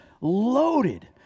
loaded